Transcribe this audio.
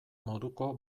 moduko